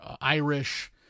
Irish